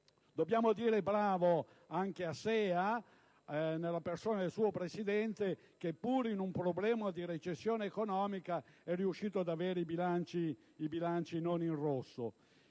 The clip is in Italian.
Dobbiamo plaudire anche a SEA, nella persona del suo presidente, che pure in una situazione di recessione economica è riuscito a mantenere i bilanci non in rosso.